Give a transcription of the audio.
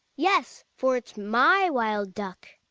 yes, for it's my wild duck.